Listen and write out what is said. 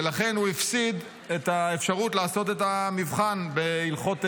ולכן הוא הפסיד את האפשרות לעשות את המבחן בהלכות שבת,